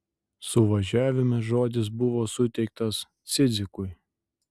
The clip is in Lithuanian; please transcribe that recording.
suvažiavime žodis buvo suteiktas cidzikui